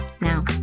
now